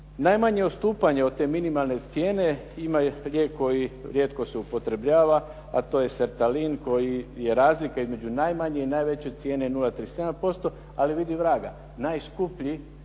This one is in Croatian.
Najmanje odstupanje od te minimalne cijene ima lijek koji rijetko se upotrebljava, a to je septalin koji je razlika između najmanje i najveće cijene 0,37%, ali vidi vraga, najskuplji,